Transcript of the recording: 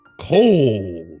cold